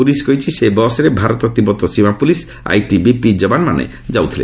police କହିଛି ସେହି ବସ୍ରେ ଭାରତ ତିବ୍ଦତ ସୀମା ପୋଲିସ୍ ଆଇଟିବିପି ଯବାନମାନେ ଯାଉଥିଲେ